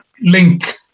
link